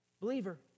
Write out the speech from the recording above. Believer